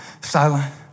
silent